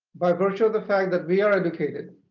by virtue of the fact that we are educated,